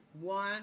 one